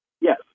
Yes